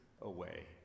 away